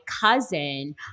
cousin